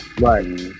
Right